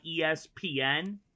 ESPN